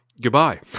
Goodbye